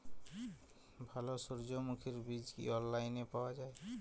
ভালো সূর্যমুখির বীজ কি অনলাইনে পাওয়া যায়?